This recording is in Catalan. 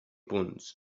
punts